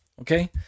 Okay